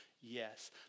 Yes